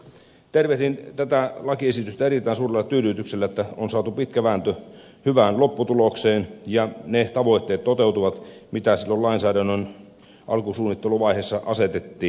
tervehdin tätä lakiesitystä erittäin suurella tyydytyksellä kun on saatu pitkä vääntö hyvään lopputulokseen ja ne tavoitteet toteutuvat mitä silloin lainsäädännön alkusuunnitteluvaiheessa asetettiin